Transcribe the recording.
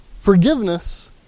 forgiveness